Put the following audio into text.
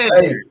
Hey